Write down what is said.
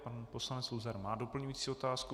Pan poslanec Luzar má doplňující otázku.